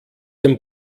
dem